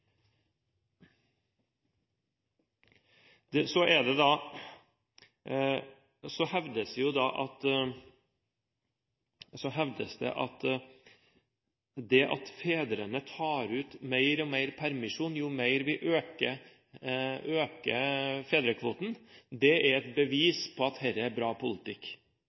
Så blir det hevdet at det at fedrene tar ut mer permisjon jo mer vi øker fedrekvoten, er et bevis på at dette er bra politikk.